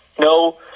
No